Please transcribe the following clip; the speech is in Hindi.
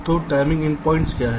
तो टाइमिंग एंडपॉइंट्स क्या है